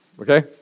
Okay